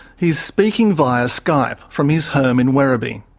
he's speaking via skype from his home in werribee.